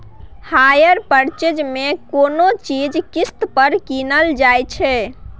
hire purchase मे कोनो चीज किस्त पर कीनल जाइ छै